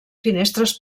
finestres